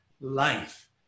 life